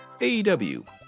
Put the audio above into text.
AEW